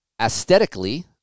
Aesthetically